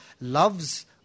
loves